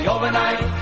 Overnight